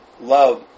love